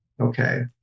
Okay